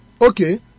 Okay